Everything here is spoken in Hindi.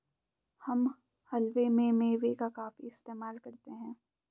हम हलवे में मेवे का काफी इस्तेमाल करते हैं